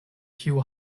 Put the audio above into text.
kiu